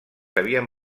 havien